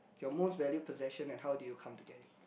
your most valued possession and how do you come to get it